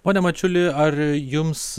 pone mačiuli ar jums